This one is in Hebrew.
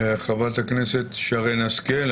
חברת הכנסת שרן השכל,